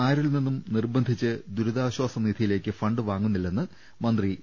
ആരിൽ നിന്നും നിർബന്ധിച്ച് ദുരിതാശാസ നിധിയിലേക്ക് ഫണ്ട് വാങ്ങുന്നില്ലെന്ന് മന്ത്രി ഇ